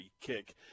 kick